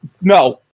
no